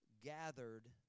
gathered